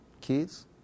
kids